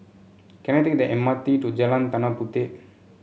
can I take the M R T to Jalan Tanah Puteh